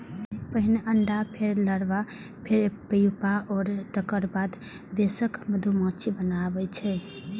पहिने अंडा, फेर लार्वा, फेर प्यूपा आ तेकर बाद वयस्क मधुमाछी बनै छै